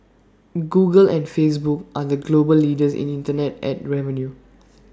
Google and Facebook are the global leaders in Internet Ad revenue